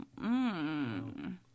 Mmm